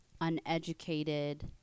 uneducated